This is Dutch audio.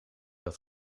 had